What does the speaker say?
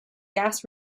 gas